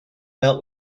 met